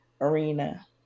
arena